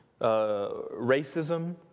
racism